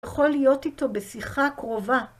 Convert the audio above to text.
יכול להיות איתו בשיחה קרובה.